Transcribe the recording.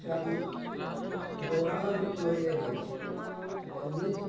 সেরম দৌড়ানোরই কোনো ইয়ে নেই এমনি